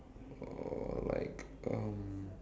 or like um